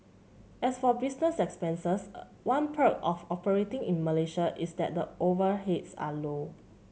as for business expenses a one perk of operating in Malaysia is that the overheads are low